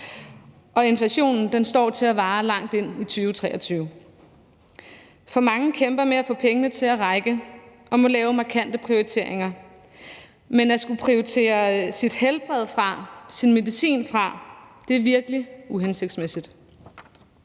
Inflationen står til at vare langt ind i 2023, og for mange kæmper med at få pengene til at række og må lave markante prioriteringer, men at skulle prioritere sit helbred fra, sin medicin fra, er virkelig uhensigtsmæssigt.